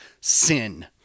sin